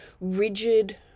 rigid